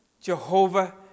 Jehovah